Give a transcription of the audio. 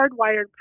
hardwired